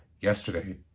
yesterday